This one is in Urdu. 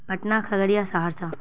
پٹنہ کھگڑیا سہرسہ